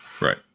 Right